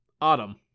autumn